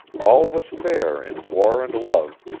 all was fair in war and love,